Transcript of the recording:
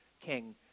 king